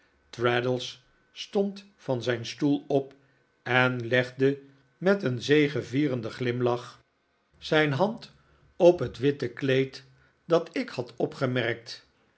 traddles stond van zijn stoel op en legde met een zegevierenden glimlach zijn i ft ti y iry f w hernieuwde kennismaking hand op het witte kleed dat ik had opgemerkt